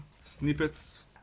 snippets